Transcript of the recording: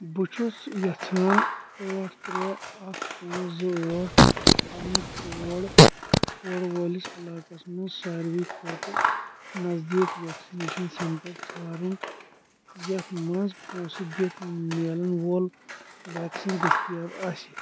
بہٕ چھُس یژھان ٲٹھ ترٛےٚ اکھ پانٛژھ زٕ ٲٹھ پنُن کوڈ کوڈ وٲلِس علاقس مَنٛز ساروی کھوتہٕ نزدیٖک ویکسِنیشن سینٹر ژھارُن یتھ مَنٛز پونٛسہٕ دِتھ مِلان وول ویکسیٖن دٔستِیاب آسہِ